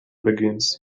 begins